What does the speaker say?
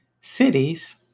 cities